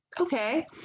okay